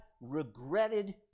regretted